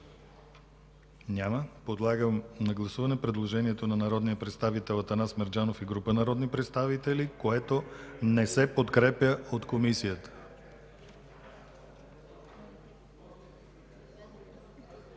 Няма. Подлагам на гласуване предложението на народния представител Атанас Мерджанов и група народни представители, което не се подкрепя от Комисията.